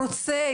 רוצה,